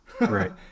Right